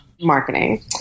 marketing